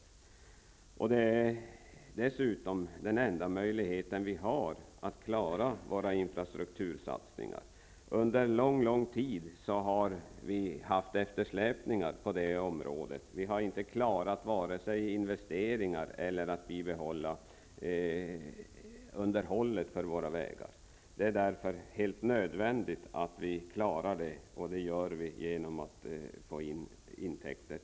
Dessutom är det den enda möjligheten för oss att klara våra infrastruktursatsningar. Under mycket lång tid har vi haft eftersläpningar på detta område. Vi har inte klarat vare sig investeringar eller underhållet av våra vägar. Det är således helt nödvändigt att vi klarar dessa saker, och det gör vi genom att staten får intäkter.